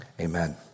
amen